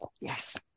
yes